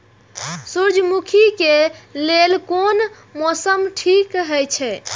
सूर्यमुखी के लेल कोन मौसम ठीक हे छे?